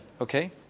okay